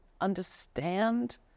understand